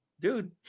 dude